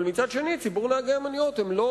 אבל מצד שני ציבור נהגי המוניות הם לא